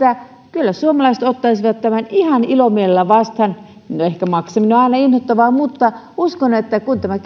kyllä suomalaiset ottaisivat tämän ihan ilomielellä vastaan ehkä maksaminen on aina inhottavaa mutta uskon että kun tämä